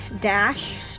dash